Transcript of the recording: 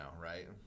right